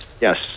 Yes